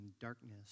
darkness